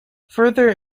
further